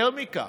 יותר מכך,